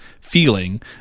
feeling